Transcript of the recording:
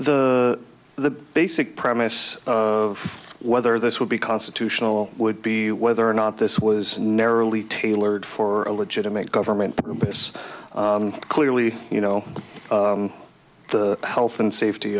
the the basic premise of whether this would be constitutional would be whether or not this was narrowly tailored for a legitimate government because clearly you know the health and safety